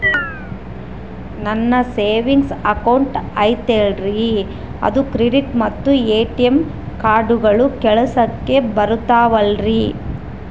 ನನ್ನ savings account ಐತಲ್ರೇ ಅದು ಕ್ರೆಡಿಟ್ ಮತ್ತ ಎ.ಟಿ.ಎಂ ಕಾರ್ಡುಗಳು ಕೆಲಸಕ್ಕೆ ಬರುತ್ತಾವಲ್ರಿ?